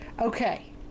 okay